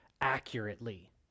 accurately